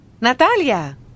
Natalia